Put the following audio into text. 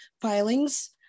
filings